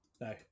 No